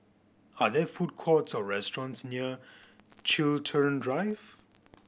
are there food courts or restaurants near Chiltern Drive